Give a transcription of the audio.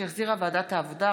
שהחזירה ועדת העבודה,